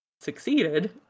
succeeded